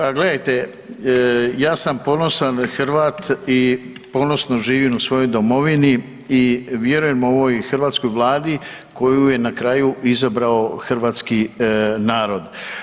Pa gledajte, ja sam ponosan Hrvat i ponosno živim u svojoj Domovini i vjerujem ovoj hrvatskoj Vladi koju je na kraju izabrao Hrvatski narod.